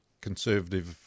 conservative